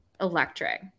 electric